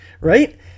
right